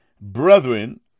brethren